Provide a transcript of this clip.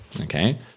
Okay